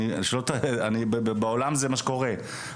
בעולם זה מה שקורה,